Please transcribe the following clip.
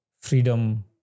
freedom